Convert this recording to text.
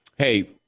hey